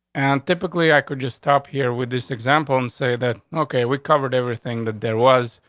and typically, i could just stop here with this example and say that, ok, we covered everything that there was,